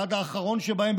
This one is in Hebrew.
עד האחרון שבהם,